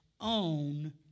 own